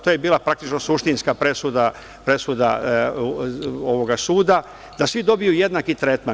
To je bila praktično suštinska presuda ovog suda, da svi dobiju jednaki tretman.